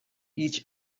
each